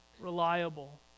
reliable